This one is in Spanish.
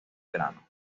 verano